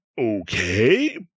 okay